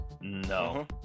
No